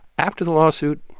after the lawsuit,